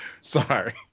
Sorry